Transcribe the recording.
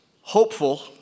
hopeful